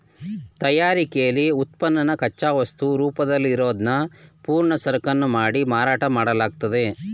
ತಯಾರಿಕೆಲಿ ಉತ್ಪನ್ನನ ಕಚ್ಚಾವಸ್ತು ರೂಪದಲ್ಲಿರೋದ್ನ ಪೂರ್ಣ ಸರಕನ್ನು ಮಾಡಿ ಮಾರಾಟ ಮಾಡ್ಲಾಗ್ತದೆ